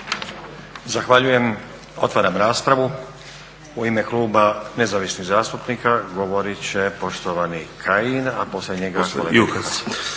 Zahvaljujem. Otvaram raspravu. U ime Kluba nezavisnih zastupnika govorit će poštovani Kajin, a poslije njega Juhas.